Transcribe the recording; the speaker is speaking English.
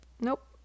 Nope